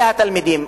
אלה התלמידים,